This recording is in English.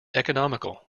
economical